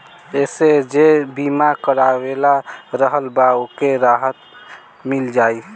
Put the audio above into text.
एमे जे बीमा करवले रहल बा ओके राहत मिल जाई